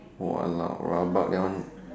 !walao! rabak that one